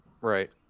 Right